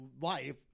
life